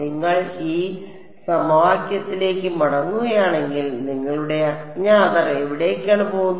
നിങ്ങൾ ഈ സമവാക്യത്തിലേക്ക് മടങ്ങുകയാണെങ്കിൽ നിങ്ങളുടെ അജ്ഞാതർ എവിടേക്കാണ് പോകുന്നത്